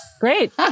Great